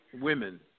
women